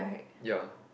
ya